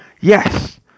Yes